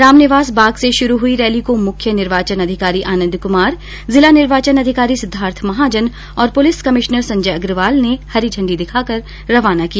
रामनिवास बाग से शुरू हुई रैली को मुख्य निर्वाचन अधिकारी आनन्द कुमार जिला निर्वाचन अधिकारी सिद्धार्थ महाजन और पुलिस कमिश्नर संजय अग्रवाल ने हरी झण्डी दिखाकर रवाना किया